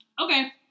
okay